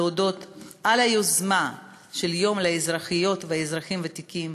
להודות על היוזמה של היום לאזרחיות ואזרחים ותיקים